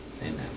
amen